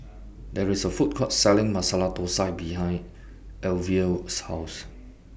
There IS A Food Court Selling Masala Thosai behind Alyvia's House